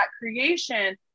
creation